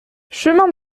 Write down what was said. chemin